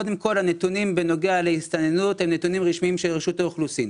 קודם כל הנתונים בנוגע להסתננות הם נתונים רשמיים של רשות האוכלוסין.